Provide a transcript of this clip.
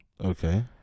Okay